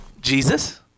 Jesus